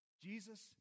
Jesus